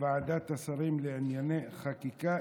ועדת השרים לענייני חקיקה,